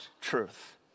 truth